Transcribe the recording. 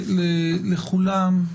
אני מתכבד לפתוח את הישיבה,